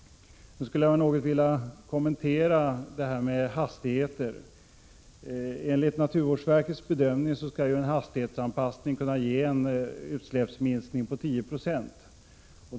53 Jag vill också kommentera frågan om hastighetsgränserna. Enligt naturvårdsverkets bedömning skall en hastighetsanpassning kunna ge en utsläppsminskning på 10 26.